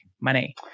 money